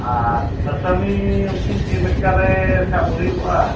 ᱟᱨ ᱟᱥᱟᱢᱤ ᱩᱱᱠᱤᱱ ᱪᱮᱫᱞᱮᱠᱟ ᱨᱮ ᱥᱟᱵ ᱦᱩᱭᱩᱜᱼᱟ